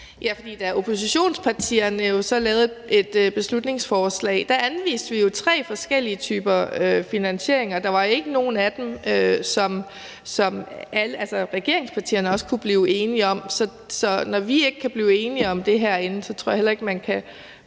Ja, for da vi i oppositionspartierne så lavede et beslutningsforslag, anviste vi jo tre forskellige typer af finansiering, og der var ikke nogen af dem, som regeringspartierne også kunne blive enige om. Så når vi ikke kan blive enige om det herinde, tror jeg heller ikke, at man